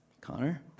Connor